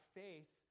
faith